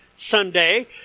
Sunday